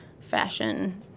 fashion